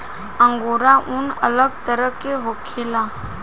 angora ऊन अलग तरह के होखेला